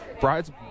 brides